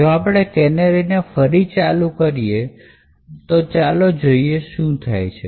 તો જો આપણે કેનેરી ચાલુ કરીએ તો ચાલો જોઈએ શું થાય છે